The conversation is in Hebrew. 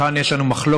כאן יש לנו מחלוקת,